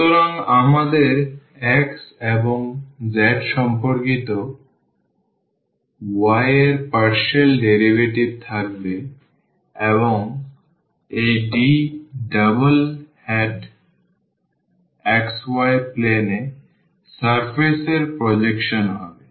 সুতরাং আমাদের x এবং z সম্পর্কিত y এর পার্শিয়াল ডেরিভেটিভ থাকবে এবং এখানে এই D double hat xz plane এ সারফেস এর প্রজেকশন হবে